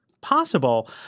possible